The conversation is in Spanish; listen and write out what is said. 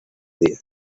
día